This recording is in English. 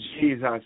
Jesus